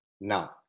Now